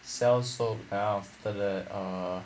sell soap then after that err